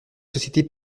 société